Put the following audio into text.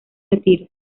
retiro